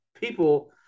people